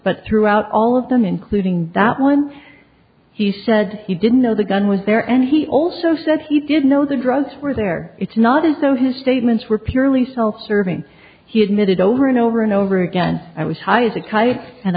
but throughout all of them including that one he said he didn't know the gun was there and he also said he didn't know the drugs were there it's not as though his statements were purely self serving he admitted over and over and over again i was high as